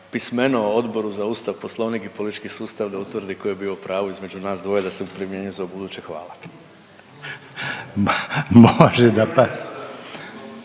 pismeno Odboru za Ustav, Poslovnik i politički sustav da tko je bio u pravu između nas dvoje da se primjenjuje za ubuduće. Hvala. **Reiner,